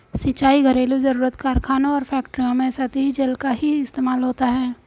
सिंचाई, घरेलु जरुरत, कारखानों और फैक्ट्रियों में सतही जल का ही इस्तेमाल होता है